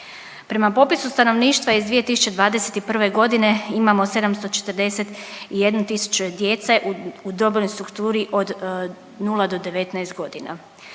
Prema popisu stanovništva iz 2021. godine, imamo 741 tisuću djece u dobnoj strukturi od 0 do 19 godina.